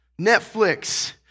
Netflix